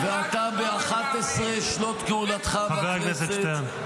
ואתה ב-11 שנות כהונתך בכנסת --- חבר הכנסת שטרן.